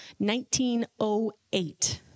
1908